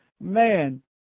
Man